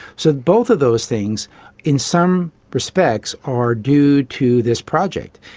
so both of those things in some respects are due to this project.